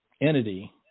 entity